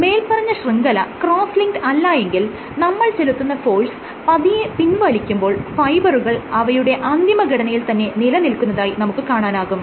മേല്പറഞ്ഞ ശൃംഖല cross linked അല്ലായെങ്കിൽ നമ്മൾ ചെലുത്തുന്ന ഫോഴ്സ് പതിയെ പിൻവലിക്കുമ്പോൾ ഫൈബറുകൾ അവയുടെ അന്തിമ ഘടനയിൽ തന്നെ നിലനിൽക്കുന്നതായി നമുക്ക് കാണാനാകും